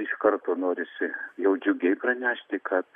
iš karto norisi jau džiugiai pranešti kad